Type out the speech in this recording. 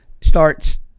starts